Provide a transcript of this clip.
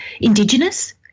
indigenous